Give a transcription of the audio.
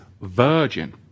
virgin